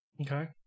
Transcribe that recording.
Okay